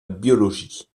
biologie